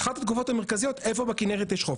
אחת התגובות המרכזיות הייתה - איפה בכינרת יש חוף.